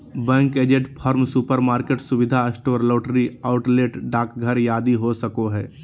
bank agent farm, supermarket, सुविधा store, lottery outlet, डाकघर आदि हो सको हइ